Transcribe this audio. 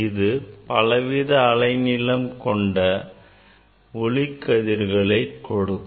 இது பலவித அலைநீளம் கொண்ட ஒளிக்கதிர்களை கொடுக்கும்